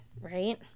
right